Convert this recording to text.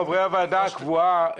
חברי הוועדה הקבועה,